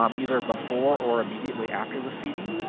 um either before or immediately after the seeding.